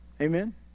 Amen